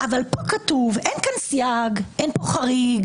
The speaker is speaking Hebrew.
אבל אין כאן סייג, אין כאן חריג.